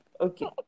Okay